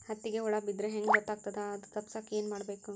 ಹತ್ತಿಗ ಹುಳ ಬಿದ್ದ್ರಾ ಹೆಂಗ್ ಗೊತ್ತಾಗ್ತದ ಅದು ತಪ್ಪಸಕ್ಕ್ ಏನ್ ಮಾಡಬೇಕು?